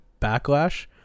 Backlash